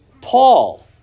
Paul